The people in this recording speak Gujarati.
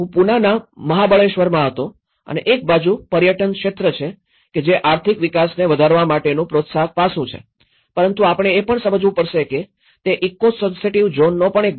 હું પુનાના મહાબળેશ્વરમાં હતો અને એક બાજુ પર્યટન ક્ષેત્ર છે કે જે આર્થિક વિકાસને વધારવા માટેનું પ્રોત્સાહક પાસું છે પરંતુ આપણે એ પણ સમજવું પડશે કે તે ઇકો સેન્સિટિવ ઝોનનો પણ એક ભાગ છે